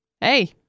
hey